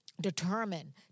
determine